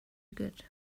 good